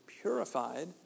purified